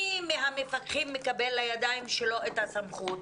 מי מהמפקחים מקבל לידיים שלו את הסמכות?